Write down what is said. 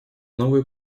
новые